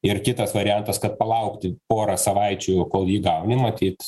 ir kitas variantas kad palaukti porą savaičių kol jį gauni matyt